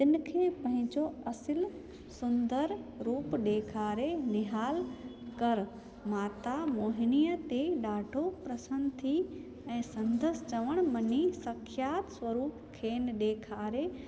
हिनखे पंहिंजो असल सुंदर रूप ॾेखारे निहाल कर माता मोहिनीअ ते ॾाढो प्रसन्न थी ऐं संदसि चवण मञी सख्यात स्वरूप खेनि ॾेखारे